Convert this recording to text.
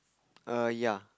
err ya